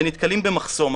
ונתקלים במחסום.